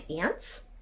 ants